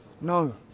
No